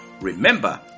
remember